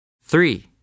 three